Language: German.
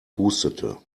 hustete